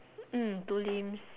mm two limbs